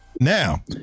Now